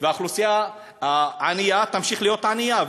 והאוכלוסייה הענייה תמשיך להיות ענייה.